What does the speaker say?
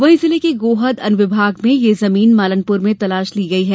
वहीं जिले के गोहद अनुविभाग में यह जमीन मालनपुर में तलाश ली गयी है